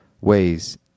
ways